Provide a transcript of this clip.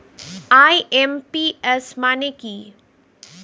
IMPS মানে কি?